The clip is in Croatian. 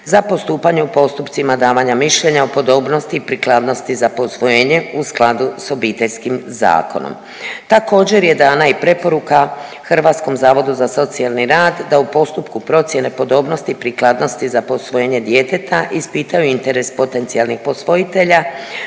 za postupanje u postupcima davanja mišljenja o podobnosti i prikladnosti za posvojenje u skladu sa Obiteljskim zakonom. Također je dana i preporuka Hrvatskom zavodu za socijalni rad da u postupku procjene podobnosti i prikladnosti za posvojenje djeteta ispitaju interes potencijalnih posvojitelja